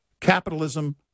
capitalism